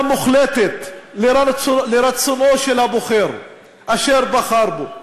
מוחלטת לרצונו של הבוחר אשר בחר בו,